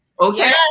Okay